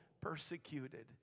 persecuted